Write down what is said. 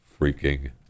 freaking